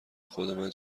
خودمن